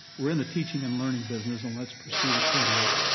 we're in the teaching and learning business and let's proceed accordingly.